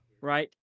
Right